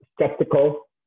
skeptical